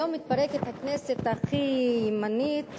היום מתפרקת הכנסת הכי ימנית,